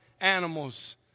animals